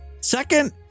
Second